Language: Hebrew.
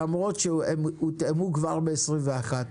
למרות שהם הותאמו כבר ב-21'.